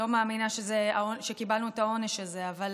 אני לא מאמינה שקיבלנו את העונש הזה, אבל